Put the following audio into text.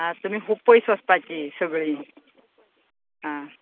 आं तुमी खूब पयस वचपाची सगळी आं